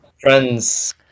Friends